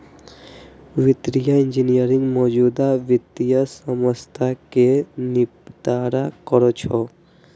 वित्तीय इंजीनियरिंग मौजूदा वित्तीय समस्या कें निपटारा करै छै